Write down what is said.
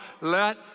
Let